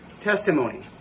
testimony